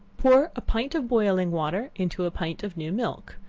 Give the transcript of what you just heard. pour a pint of boiling water into a pint of new milk,